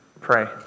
pray